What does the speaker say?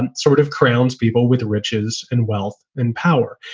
and sort of crowns people with riches and wealth and power.